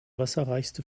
wasserreichste